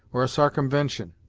or a sarcumvention.